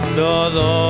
todo